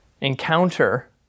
encounter